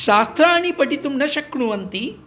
शास्त्राणि पठितुं न शक्नुवन्ति